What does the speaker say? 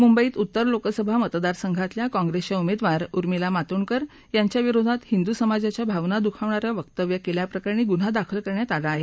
मुंबईत उत्तर लोकसभा मतदारसंघातल्या काँप्रेसच्या उमेदवार उर्मिला मातोंडकर यांच्याविरोधात हिंदू समाजाच्या भावना दुखवणारं वक्तव्य केल्याप्रकरणी गुन्हा दाखल करण्यात आला आहे